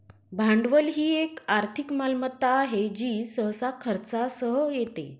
भांडवल ही एक आर्थिक मालमत्ता आहे जी सहसा खर्चासह येते